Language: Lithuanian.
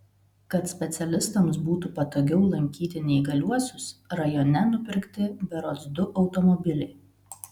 kad specialistams būtų patogiau lankyti neįgaliuosius rajone nupirkti berods du automobiliai